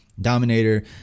dominator